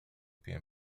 piłem